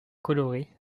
colorés